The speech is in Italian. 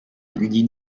gli